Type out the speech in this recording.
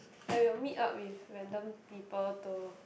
I will meet up with random people to